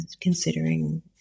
considering